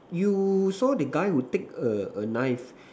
you saw the guy who take a a knife